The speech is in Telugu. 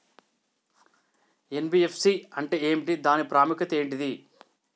ఎన్.బి.ఎఫ్.సి అంటే ఏమిటి దాని ప్రాముఖ్యత ఏంటిది?